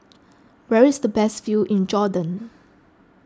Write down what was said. where is the best view in Jordan